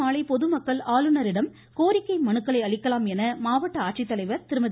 மாலை பொதுமக்கள் ஆளுநரிடம் கோரிக்கை மனுக்களை நாளை அளிக்கலாம் என ஆட்சித்தலைவர் திருமதி